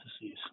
disease